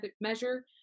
measure